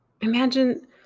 Imagine